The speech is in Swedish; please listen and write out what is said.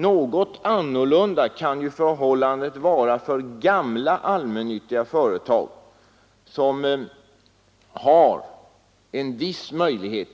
Något annorlunda kan förhållandet vara för gamla allmännyttiga företag som har en viss möjlighet